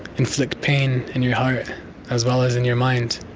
inflict pain in your heart as well as in your mind.